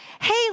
hey